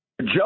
Joe